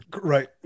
Right